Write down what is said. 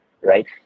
right